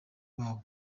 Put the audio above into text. bawo